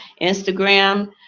Instagram